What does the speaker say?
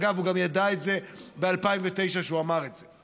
אגב, הוא גם ידע את זה ב-2009 כשהוא אמר את זה.